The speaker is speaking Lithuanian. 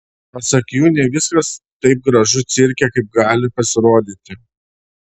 pasak jų ne viskas taip gražu cirke kaip gali pasirodyti